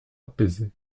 apaisé